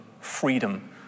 freedom